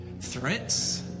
threats